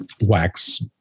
wax